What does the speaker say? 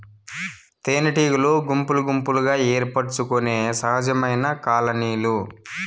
తేనెటీగలు గుంపులు గుంపులుగా ఏర్పరచుకొనే సహజమైన కాలనీలు